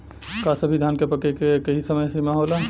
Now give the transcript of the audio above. का सभी धान के पके के एकही समय सीमा होला?